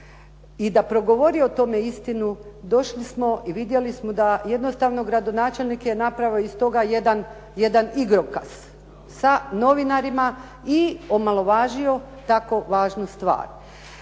i da progovori o tome istinu, došli smo i vidjeli smo da jednostavno gradonačelnik je napravio iz toga jedan igrokaz sa novinarima i omalovažio tako važnu stvar.